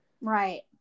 Right